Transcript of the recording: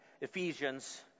Ephesians